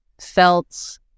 felt